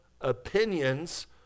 opinions